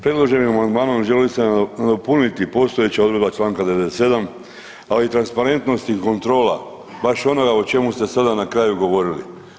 Predloženim amandmanom želi se nadopuniti postojeća odredba čl. 97, radi transparentnosti i kontrola baš onoga o čemu ste sada na kraju govorili.